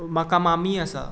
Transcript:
म्हाका मामीय आसा